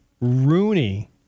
Rooney